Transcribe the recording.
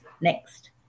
Next